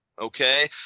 okay